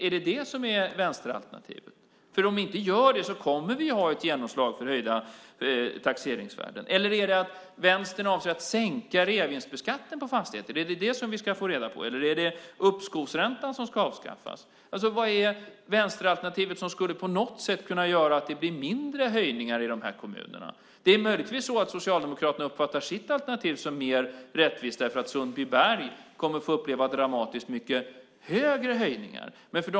Är det vänsteralternativet? Om vi inte gör det kommer vi att ha ett genomslag för höjda taxeringsvärden. Eller är alternativet att vänstern avser att höja reavinstbeskattningen på fastigheter? Är det vad vi ska få reda på? Är det uppskovsräntan som ska avskaffas? Vad är vänsteralternativet som på något sätt skulle kunna göra att det blev mindre höjningar i dessa kommuner? Det är möjligtvis så att Socialdemokraterna uppfattar sitt alternativ som mer rättvist för att Sundbyberg kommer att få uppleva dramatiskt mycket högre höjningar.